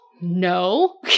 No